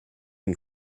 and